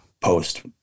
post